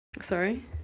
sorry